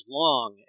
long